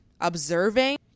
observing